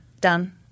done